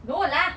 no lah